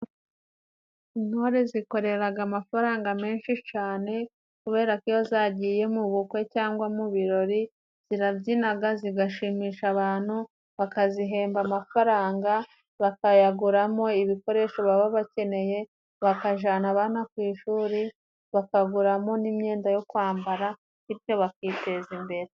Intore zikoreraga amafaranga menshi cane，kubera ko iyo zagiye mu bukwe cyangwa mu birori zirabyinaga， zigashimisha abantu bakazihemba amafaranga， bakayaguramo ibikoresho baba bakeneye， bakajana abana ku ishuri， bakaguramo n'imyenda yo kwambara bityo bakiteza imbere.